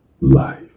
life